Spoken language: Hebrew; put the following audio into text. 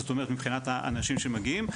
זאת אורמת מבחינת האנשים שמגיעים.